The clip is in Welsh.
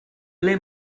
ble